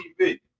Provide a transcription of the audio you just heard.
tv